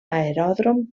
aeròdrom